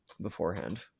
beforehand